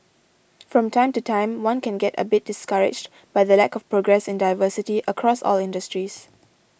from time to time one can get a bit discouraged by the lack of progress in diversity across all industries